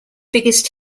biggest